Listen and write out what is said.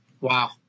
Wow